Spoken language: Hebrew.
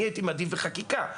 אני הייתי מעדיף שיוסדר בחקיקה,